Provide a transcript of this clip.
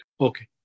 Okay